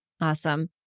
Awesome